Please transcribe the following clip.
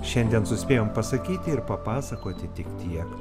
šiandien suspėjom pasakyti ir papasakoti tik tiek